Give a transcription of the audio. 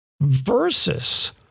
versus